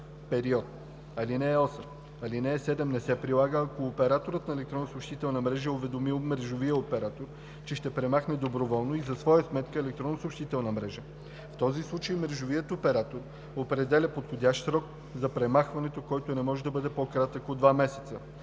период; 3. (8) Алинея 7 не се прилага, ако операторът на електронна съобщителна мрежа е уведомил мрежовия оператор, че ще премахне доброволно и за своя сметка електронната съобщителна мрежа. В този случай мрежовият оператор определя подходящ срок за премахването, който не може да бъде по-кратък от два месеца.